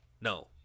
No